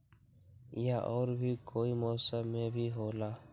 या और भी कोई मौसम मे भी होला?